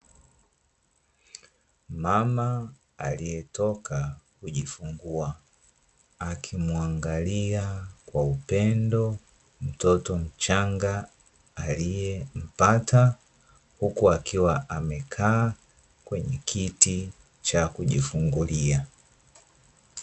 Mama aliyetoka kujifungua, akimwangalia kwa upendo mtoto mchanga aliyempata, huku akiwa amekaa kwenye kiti cha kujifungulia.